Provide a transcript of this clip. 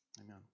Amen